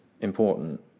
important